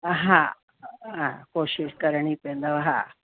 हा हा कोशिशि करिणी पईंदव हा